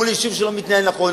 מול יישוב שלא מתנהל נכון.